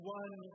one